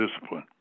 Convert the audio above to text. discipline